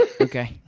Okay